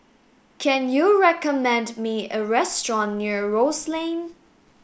can you recommend me a restaurant near Rose Lane